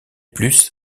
plus